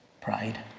pride